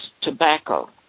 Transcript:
tobacco